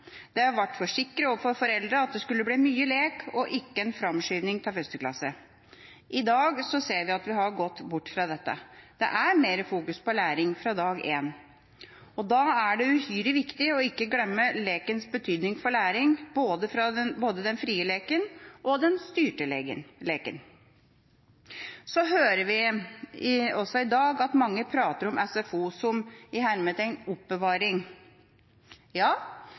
Det ble forsikret overfor foreldrene om at det skulle bli mye lek og ikke en framskyvning av førsteklasse. I dag ser vi at vi har gått bort fra dette. Det er mer vekt på læring fra dag én. Da er det uhyre viktig ikke å glemme lekens betydning for læring – både den frie leken og den styrte leken. Så hører vi også i dag at mange prater om SFO som